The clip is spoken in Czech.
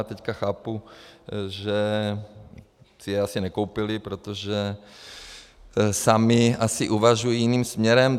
Teď chápu, že si je asi nekoupili, protože sami asi uvažují jiným směrem.